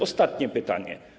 Ostatnie pytanie.